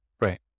Right